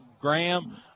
Graham